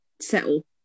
settle